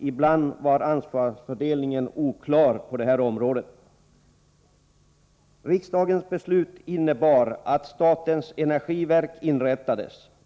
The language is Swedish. Ibland var ansvarsfördelningen oklar. Riksdagens beslut innebar att statens energiverk inrättades.